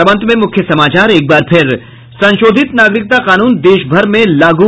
और अब अंत में मुख्य समाचार संशोधित नागरिकता कानून देशभर में लागू